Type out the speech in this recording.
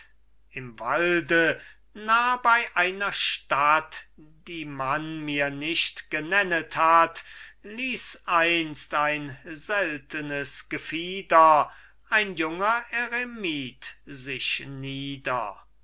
im walde nah bei einer stadt die man mir nicht genennet hat ließ einst ein seltenes gefieder ein junger eremit sich nieder